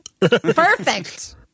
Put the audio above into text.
Perfect